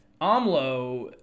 AMLO